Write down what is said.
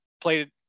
played